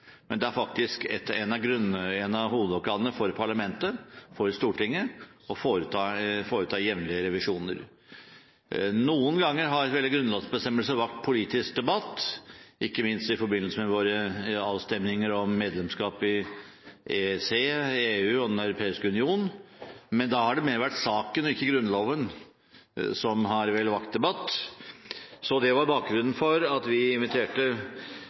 men det er faktisk en av hovedoppgavene for parlamentet, Stortinget, å foreta jevnlige revisjoner. Noen ganger har grunnlovsbestemmelser vakt politisk debatt, ikke minst i forbindelse med våre avstemminger om medlemskap i EEC og EU, Den europeiske union, men da har det mer vært saken og ikke Grunnloven som har vakt debatt. Det var bakgrunnen for at vi inviterte